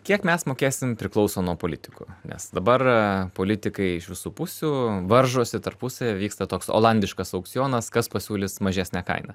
kiek mes mokėsim priklauso nuo politikų nes dabar politikai iš visų pusių varžosi tarpusavy vyksta toks olandiškas aukcionas kas pasiūlys mažesnę kainą